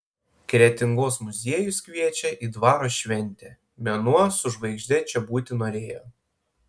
kretingos muziejus kviečia į dvaro šventę mėnuo su žvaigžde čia būti norėjo